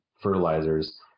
fertilizers